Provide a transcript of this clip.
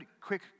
quick